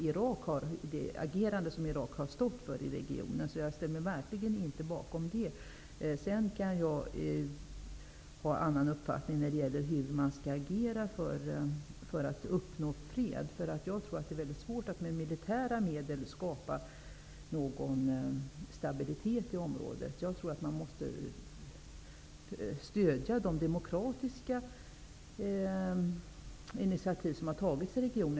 Iraks agerande i regionen var helt oacceptabelt. Däremot har jag en annan uppfattning om hur man skall agera för att uppnå fred. Jag tror att det är väldigt svårt att med militära medel skapa stabilitet i området. Man bör i stället stödja de demokratiska initiativ som där har tagits.